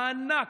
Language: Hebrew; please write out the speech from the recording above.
הענק,